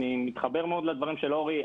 מתחבר מאוד לדברים של אורי.